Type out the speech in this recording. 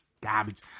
garbage